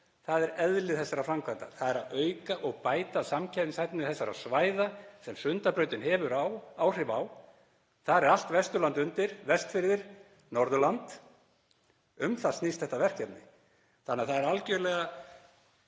Það er eðli þessara framkvæmda, þ.e. að auka og bæta samkeppnishæfni þessara svæða sem Sundabrautin hefur á áhrif á. Þar er allt Vesturland undir, Vestfirðir, Norðurland. Um það snýst þetta verkefni þannig að við getum